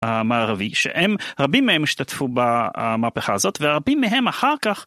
המערבי שהם רבים מהם השתתפו במהפכה הזאת ורבים מהם אחר כך.